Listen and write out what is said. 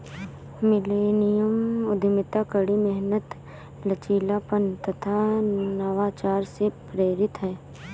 millennium उद्यमिता कड़ी मेहनत, लचीलापन तथा नवाचार से प्रेरित है